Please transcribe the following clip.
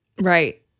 Right